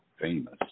famous